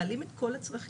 מעלים את כל הצרכים,